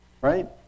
right